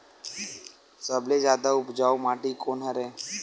सबले जादा उपजाऊ माटी कोन हरे?